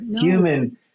human